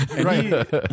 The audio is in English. Right